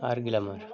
আর Glamour